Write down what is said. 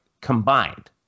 combined